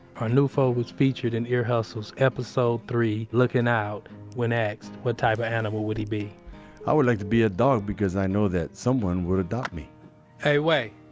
arnulfo was featured in ear hustle's episode three looking out when asked what type of animal would he be i would like to be a dog because i know that someone would adopt me hey, wait.